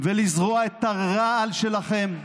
ולזרוע את הרעל שלכם,